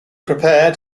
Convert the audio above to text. prepared